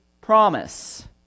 promise